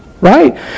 right